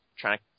trying